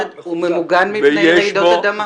הוא ממוגן מפני רעידות אדמה?